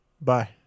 Bye